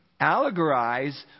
allegorize